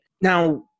Now